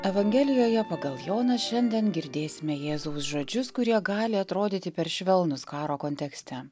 evangelijoje pagal joną šiandien girdėsime jėzaus žodžius kurie gali atrodyti per švelnūs karo kontekste